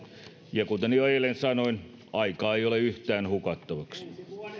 ja kuten jo eilen sanoin aikaa ei ole yhtään hukattavaksi